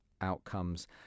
outcomes